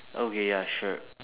okay ya sure